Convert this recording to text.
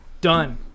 Done